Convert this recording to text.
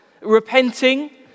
repenting